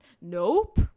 Nope